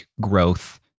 growth